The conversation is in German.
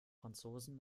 franzosen